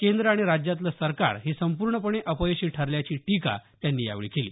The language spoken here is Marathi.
केंद्र आणि राज्यातलं सरकार हे संपूर्णपणे अपयशी ठरल्याची टीका त्यांनी यावेळी केली